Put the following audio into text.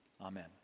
Amen